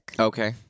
Okay